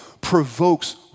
provokes